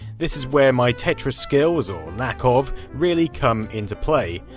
this is where my tetris skills, or lack of really come into play.